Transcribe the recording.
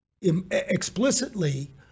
explicitly